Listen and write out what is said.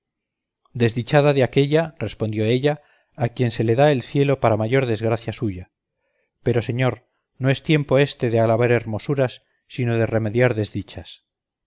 desdichada de aquella respondió ella a quien se la da el cielo para mayor desgracia suya pero señor no es tiempo éste de alabar hermosuras sino de remediar desdichas